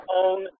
own